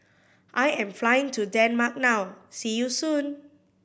I am flying to Denmark now see you soon